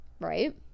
right